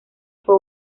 fue